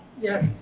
Yes